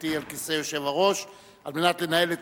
אותי על כיסא היושב-ראש על מנת לנהל את